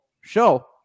show